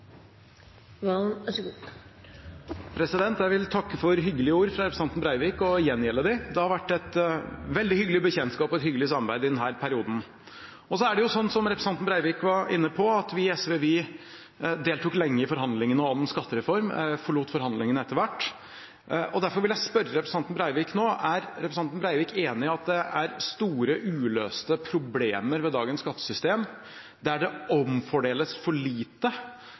perioden. Så er det slik som representanten Breivik var inne på, at vi i SV deltok lenge i forhandlingene om skattereform, men forlot forhandlingene etter hvert. Derfor vil jeg nå spørre representanten Breivik: Er representanten Breivik enig i at det er store uløste problemer ved dagens skattesystem, der det omfordeles for lite,